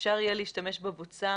אפשר יהיה להשתמש בבוצה